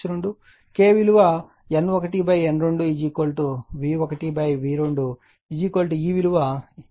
K విలువ N1 N2 V1 V2 ఈ విలువ 10 ఇవ్వబడుతుంది